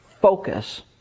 focus